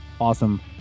awesome